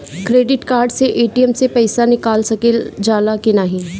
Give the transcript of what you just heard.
Credit card से ATM से पइसा निकाल सकल जाला की नाहीं?